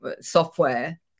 software